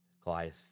Goliath